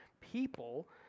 people